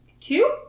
two